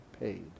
paid